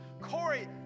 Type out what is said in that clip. Corey